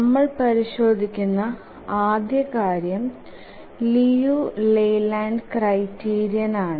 നമ്മൾ പരിശോദിക്കുന്ന ആദ്യ കാര്യം ലിയു ലെയ്ലാൻഡ് ക്രൈറ്റീരിയൻ ആണ്